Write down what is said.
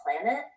planet